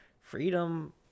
freedom